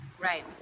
Right